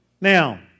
Now